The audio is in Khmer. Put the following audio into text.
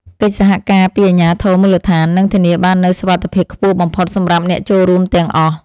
កិច្ចសហការពីអាជ្ញាធរមូលដ្ឋាននឹងធានាបាននូវសុវត្ថិភាពខ្ពស់បំផុតសម្រាប់អ្នកចូលរួមទាំងអស់។